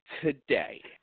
today